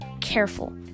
careful